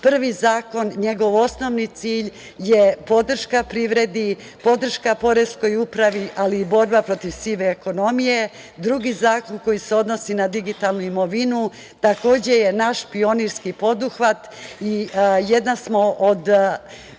Prvi zakon, njegov osnovni cilj je podrška privredi, podrška poreskoj upravi, ali i borba protiv sive ekonomije. Drugi zakon koji se odnosi na digitalnu imovinu, takođe je naš pionirski poduhvat i jedna smo među